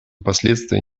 последствия